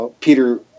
Peter